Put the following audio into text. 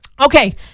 Okay